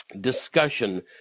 discussion